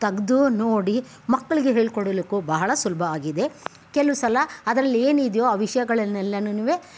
ತೆಗೆದು ನೋಡಿ ಮಕ್ಕಳಿಗೂ ಹೇಳಿಕೊಡ್ಲಿಕ್ಕೂ ಬಹಳ ಸುಲಭ ಆಗಿದೆ ಕೆಲವು ಸಲ ಅದರಲ್ಲೇನಿದೆಯೋ ಆ ವಿಷಯಗಳೆಲ್ಲನೂವೆ